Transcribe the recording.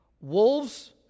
wolves